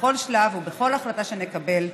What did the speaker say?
בכל שלב ובכל החלטה שנקבל,